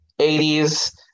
80s